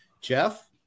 Jeff